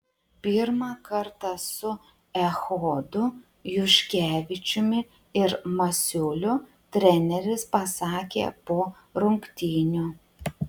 pirmą kartą su echodu juškevičiumi ir masiuliu treneris pasakė po rungtynių